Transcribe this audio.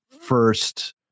first